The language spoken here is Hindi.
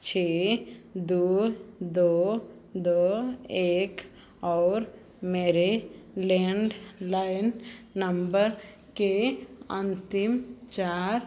छः दो दो दो एक और मेरे लैंडलाइन नंबर के अंतिम चार